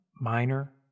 minor